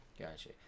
gotcha